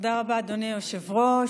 תודה רבה, אדוני היושב-ראש.